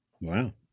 Wow